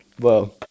whoa